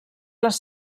les